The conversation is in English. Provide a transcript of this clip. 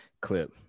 clip